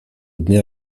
dnia